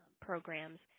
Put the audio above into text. programs